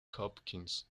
hopkins